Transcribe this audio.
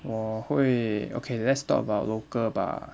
我会 okay let's talk about local bah